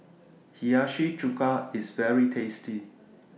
Hiyashi Chuka IS very tasty